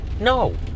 No